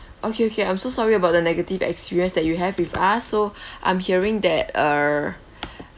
okay okay I'm so sorry about the negative experience that you have with us so I'm hearing that uh